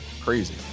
Crazy